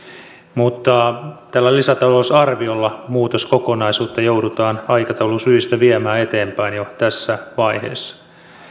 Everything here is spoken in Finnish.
mutta tällä lisätalousarviolla muutoskokonaisuutta joudutaan aikataulusyistä viemään eteenpäin jo tässä vaiheessa